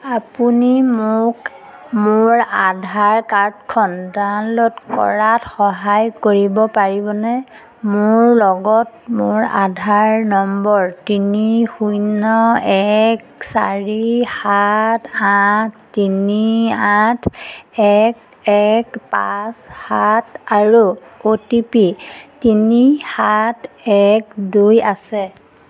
আপুনি মোক মোৰ আধাৰ কাৰ্ডখন ডাউনল'ড কৰাত সহায় কৰিব পাৰিবনে মোৰ লগত মোৰ আধাৰ নম্বৰ তিনি শূন্য এক চাৰি সাত আঠ তিনি আঠ এক এক পাঁচ সাত আৰু অ' টি পি তিনি সাত এক দুই আছে